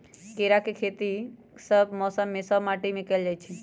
केराके खेती सभ मौसम में सभ माटि में कएल जाइ छै